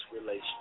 relations